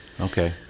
Okay